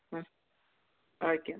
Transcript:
ம் ஒகேம்மா